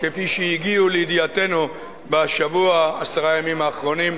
כפי שהגיעו לידיעתנו בשבוע, עשרת הימים האחרונים.